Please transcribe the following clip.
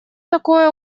такое